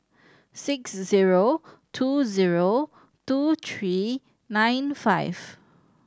six zero two zero two three nine five